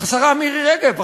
השרה מירי רגב,